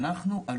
חיים.